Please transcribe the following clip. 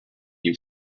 you